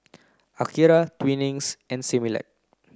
Akira Twinings and Similac